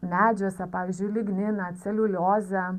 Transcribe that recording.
medžiuose pavyzdžiui ligniną celiuliozę